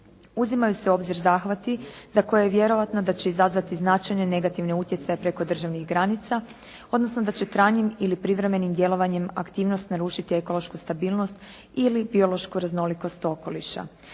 Uzimaju se u obzir zahvati za koje je vjerojatno da će izazvati značajne negativne utjecaje preko državnih granica, odnosno da će trajnim ili privremenim djelovanjem aktivnosti narušiti ekološku stabilnost ili biološku raznolikost okoliša.